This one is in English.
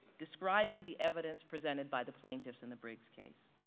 describing the evidence presented by the plaintiffs in the briggs case